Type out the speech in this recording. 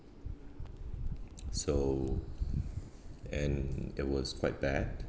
so and it was quite bad